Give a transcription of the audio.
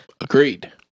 Agreed